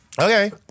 Okay